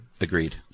Agreed